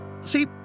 See